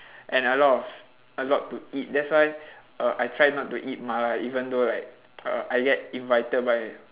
and a lot of a lot to eat that's why uh I try not to eat mala even though like uh I get invited by